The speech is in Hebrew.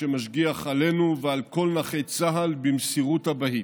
שמשגיח עלינו ועל כל נכי צה"ל במסירות אבהית.